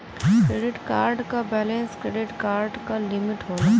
credit card क balance credit card क limit होला